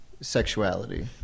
sexuality